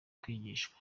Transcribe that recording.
kwigishwa